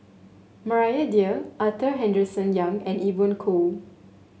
Maria Dyer Arthur Henderson Young and Evon Kow